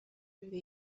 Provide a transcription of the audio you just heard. through